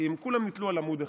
כי כולם נתלו על עמוד אחד,